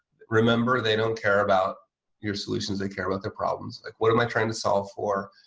remember, they don't care about your solutions. they care about their problems like what am i trying to solve for?